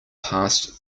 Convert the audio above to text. past